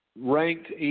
ranked